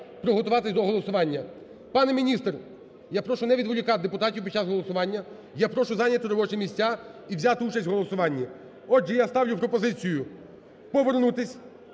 приготуватись до голосування. Пане міністр, я прошу не відволікати депутатів під час голосування. Я прошу зайняти робочі місця і взяти участь у голосуванні. Отже, я ставлю пропозицію повернутись